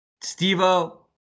Steve-O